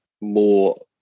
more